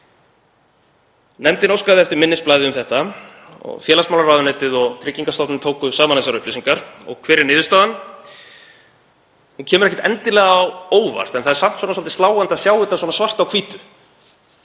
Nefndin óskaði eftir minnisblaði um það og félagsmálaráðuneytið og Tryggingastofnun tóku saman þessar upplýsingar. Og hver er niðurstaðan? Hún kemur ekki endilega á óvart en það er samt svolítið sláandi að sjá þetta svona svart á hvítu.